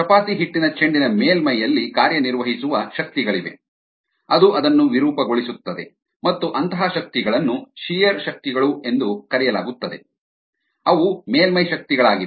ಚಪಾತಿ ಹಿಟ್ಟಿನ ಚೆಂಡಿನ ಮೇಲ್ಮೈಯಲ್ಲಿ ಕಾರ್ಯನಿರ್ವಹಿಸುವ ಶಕ್ತಿಗಳಿವೆ ಅದು ಅದನ್ನು ವಿರೂಪಗೊಳಿಸುತ್ತದೆ ಮತ್ತು ಅಂತಹ ಶಕ್ತಿಗಳನ್ನು ಶಿಯರ್ ಶಕ್ತಿಗಳು ಎಂದು ಕರೆಯಲಾಗುತ್ತದೆ ಅವು ಮೇಲ್ಮೈ ಶಕ್ತಿಗಳಾಗಿವೆ